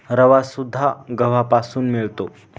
रवासुद्धा गव्हापासून मिळतो